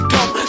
Come